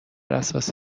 اساس